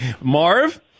Marv